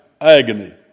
agony